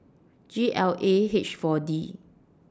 G L A H four D